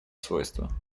свойства